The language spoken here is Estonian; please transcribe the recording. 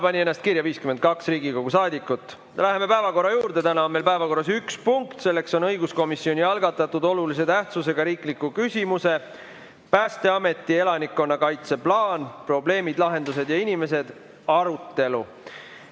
pani ennast kirja 52 Riigikogu liiget. Läheme päevakorra juurde. Täna on meil päevakorras üks punkt, selleks on õiguskomisjoni algatatud olulise tähtsusega riikliku küsimuse "Päästeameti elanikkonnakaitse plaan – probleemid, lahendused ja inimesed" arutelu.